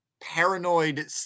paranoid